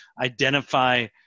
identify